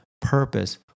purpose